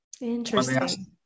Interesting